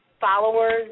followers